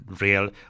real